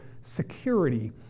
security